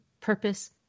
purpose